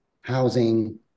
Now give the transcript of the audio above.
housing